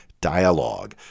dialogue